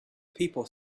people